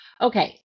Okay